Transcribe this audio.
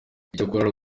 icyakora